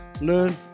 learn